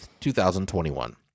2021